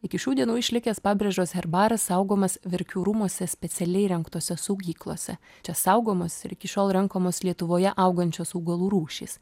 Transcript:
iki šių dienų išlikęs pabrėžos herbaras saugomas verkių rūmuose specialiai įrengtose saugyklose čia saugomos ir iki šiol renkamos lietuvoje augančios augalų rūšys